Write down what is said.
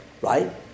right